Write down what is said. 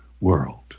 world